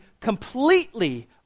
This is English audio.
completely